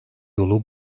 yolu